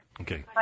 Okay